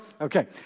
Okay